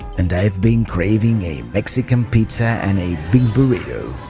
and i've been craving a mexican pizza and a bean burrito.